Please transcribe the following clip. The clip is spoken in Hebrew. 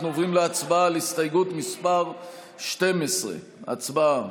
אנחנו עוברים להצבעה על הסתייגות מס' 12. הצבעה.